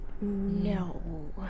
no